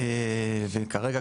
וכרגע,